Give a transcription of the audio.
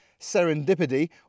serendipity